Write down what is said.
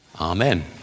Amen